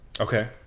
Okay